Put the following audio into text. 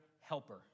helper